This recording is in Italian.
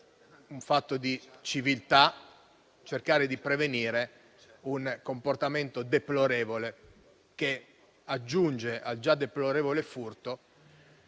un fatto di civiltà cercare di prevenire un comportamento deplorevole, che aggiunge al già deplorevole furto